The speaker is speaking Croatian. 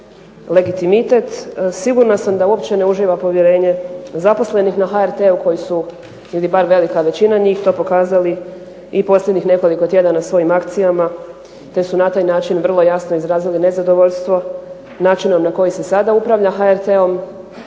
legitimitet. Sigurna sam da uopće ne uživa povjerenje zaposlenih na HRT-u koji su ili bar velika većina njih to pokazali i posljednjih nekoliko tjedana svojim akcijama, te su na taj način vrlo jasno izrazili nezadovoljstvo načinom na koji se sada upravlja HRT-om